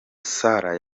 salah